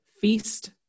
feast